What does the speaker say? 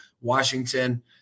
Washington